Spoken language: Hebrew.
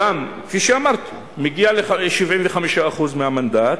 כפי שאמרתי, מגיע לו 75% מהמנדט,